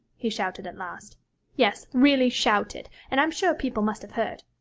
he shouted at last yes, really shouted, and i'm sure people must have heard.